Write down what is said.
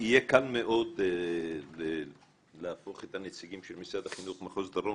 יהיה קל מאוד להפוך את הנציגים של משרד החינוך מחוז דרום